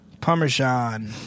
Parmesan